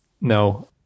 no